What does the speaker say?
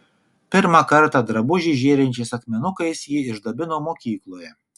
pirmą kartą drabužį žėrinčiais akmenukais ji išdabino mokykloje